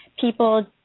People